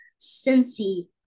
Cincy